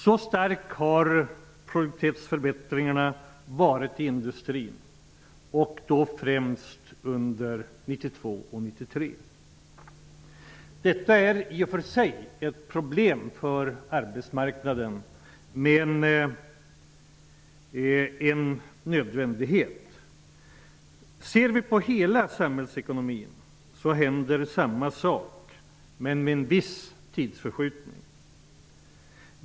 Så stark har produktivitetsförbättringarna varit i industrin, främst under 1992 och 1993. Detta är i och för sig ett problem för arbetsmarknaden, men en nödvändighet. Om vi ser på hela samhällsekonomin finner vi att det händer samma sak, men med en viss tidsförskjutning.